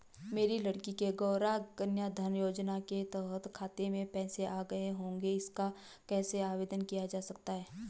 मेरी लड़की के गौंरा कन्याधन योजना के तहत खाते में पैसे आए होंगे इसका कैसे आवेदन किया जा सकता है?